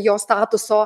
jos statuso